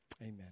Amen